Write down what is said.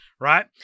Right